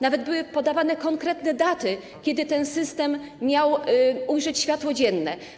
Nawet były podawane konkretne daty, kiedy ten system miał ujrzeć światło dzienne.